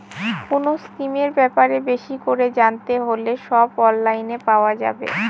কোনো স্কিমের ব্যাপারে বেশি করে জানতে হলে সব অনলাইনে পাওয়া যাবে